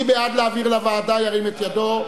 מי בעד להעביר לוועדה, ירים את ידו.